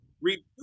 Reduce